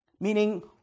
Meaning